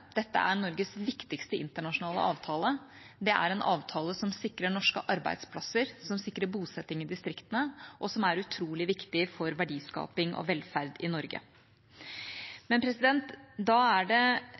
Dette er Norges viktigste internasjonale avtale. Det er en avtale som sikrer norske arbeidsplasser, som sikrer bosetting i distriktene, og som er utrolig viktig for verdiskaping og velferd i Norge. Men da er det